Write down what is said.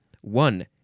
One